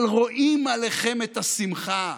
אבל רואים עליכם את השמחה,